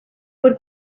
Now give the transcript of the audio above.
were